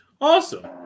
Awesome